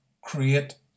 create